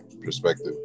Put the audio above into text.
perspective